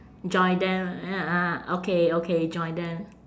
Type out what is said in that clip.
join them ah okay okay join them